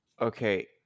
Okay